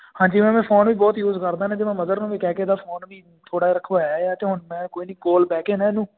ਹਾਂਜੀ ਮੈਮ ਇਹ ਫੋਨ ਵੀ ਬਹੁਤ ਯੂਜ ਕਰਦਾ ਮੈਂ ਇਹਦੀ ਮੈਂ ਮਦਰ ਨੂੰ ਵੀ ਕਹਿ ਕੇ ਇਹਦਾ ਫੋਨ ਵੀ ਥੋੜ੍ਹਾ ਜਿਹਾ ਰਖਵਾਇਆ ਹੈ ਅਤੇ ਹੁਣ ਮੈਂ ਕੋਈ ਨਹੀਂ ਕੋਲ ਬਹਿ ਕੇ ਨਾ ਇਹਨੂੰ